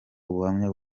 ubuhamya